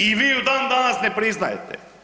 I vi ju dan danas ne priznajete.